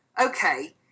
okay